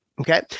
Okay